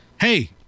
Hey